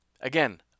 Again